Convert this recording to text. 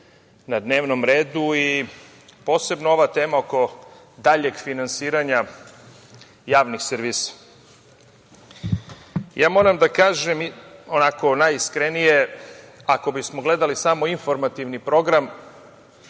na dnevnom redu, posebno ova tema oko daljeg finansiranja javnih servisa. Moram da kažem, onako, najiskrenije, ako bismo gledali samo informativni program